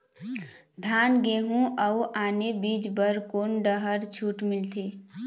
धान गेहूं अऊ आने बीज बर कोन डहर छूट मिलथे?